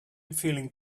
feeling